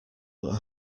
but